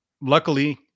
Luckily